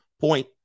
point